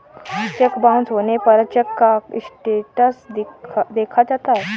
check bounce होने पर cheque का स्टेटस देखा जाता है